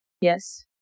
Yes